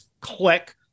Click